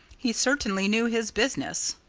he certainly knew his business.